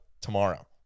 tomorrow